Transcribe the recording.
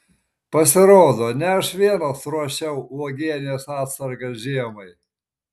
pasirodo ne aš vienas ruošiau uogienės atsargas žiemai